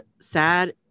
sad